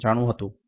895 હતું